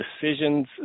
decisions